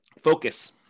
Focus